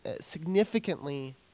significantly